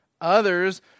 Others